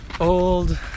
old